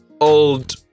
old